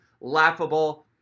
laughable